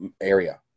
area